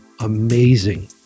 Amazing